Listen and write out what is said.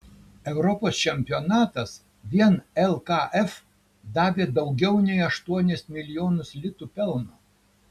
europos čempionatas vien lkf davė daugiau nei aštuonis milijonus litų pelno